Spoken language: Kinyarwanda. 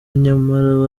nyamara